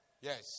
Yes